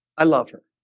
i love her